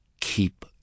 keep